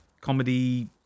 comedy